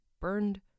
burned